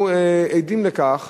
ואנחנו עדים לכך